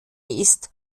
ist